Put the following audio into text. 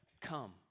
Come